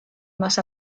más